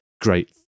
great